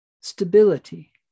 stability